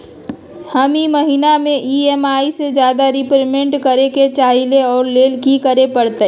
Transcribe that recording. हम ई महिना में ई.एम.आई से ज्यादा रीपेमेंट करे के चाहईले ओ लेल की करे के परतई?